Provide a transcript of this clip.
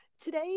Today